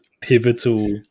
pivotal